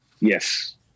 Yes